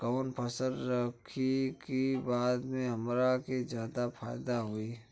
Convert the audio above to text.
कवन फसल रखी कि बाद में हमरा के ज्यादा फायदा होयी?